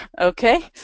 Okay